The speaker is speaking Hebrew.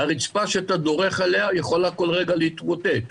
הרצפה שאתה דורך עליה יכולה כל רגע להתמוטט,